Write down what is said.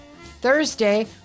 Thursday